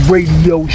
Radio